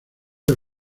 del